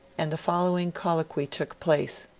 and the following colloquy took place